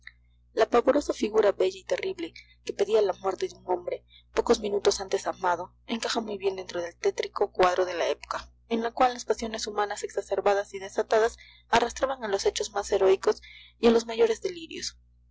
la pavorosa figura bella y terrible que pedía la muerte de un hombre pocos minutos antes amado encaja muy bien dentro del tétrico cuadro de la época en la cual las pasiones humanas exacerbadas y desatadas arrastraban a los hechos más heroicos y a los mayores delirios